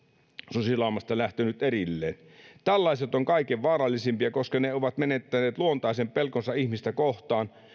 susilaumasta lähtenyt erilleen tällaiset ovat kaikkein vaarallisimpia koska ne ovat menettäneet luontaisen pelkonsa ihmistä kohtaan